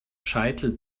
scheitel